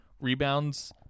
rebounds